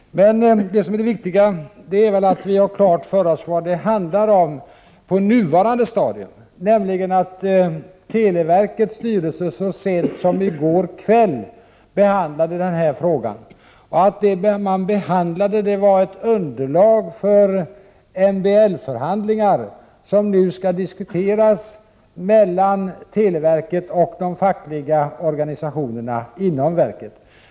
Det viktiga är att vi har klart för oss vad det handlar om på nuvarande stadium. Televerkets styrelse behandlade så sent som i går kväll frågan, vilket utgör underlag för MBL-förhandlingar som skall föras mellan televerket och de fackliga organisationerna inom verket.